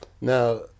Now